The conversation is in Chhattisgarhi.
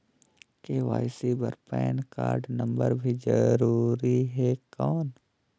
के.वाई.सी बर पैन कारड नम्बर भी जरूरी हे कौन?